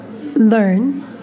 learn